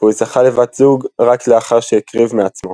והוא זכה לבת זוג רק לאחר שהקריב מעצמו